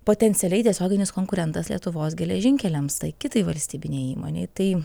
potencialiai tiesioginis konkurentas lietuvos geležinkeliams tai kitai valstybinei įmonei tai